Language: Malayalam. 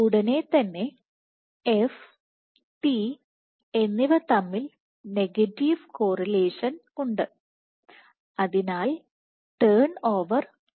ഉടനെ തന്നെ F T എന്നിവ തമ്മിൽ നെഗറ്റീവ് കോറിലേഷൻ ഉണ്ട് അതിനാൽ ടേൺ ഓവർ പോസിറ്റീവ് ആണ്